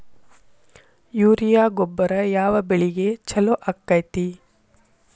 Urea ಗೊಬ್ಬರ ಯಾವ ಬೆಳಿಗೆ ಛಲೋ ಆಕ್ಕೆತಿ?